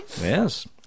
yes